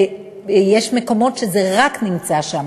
ויש מקומות שזה נמצא רק שם,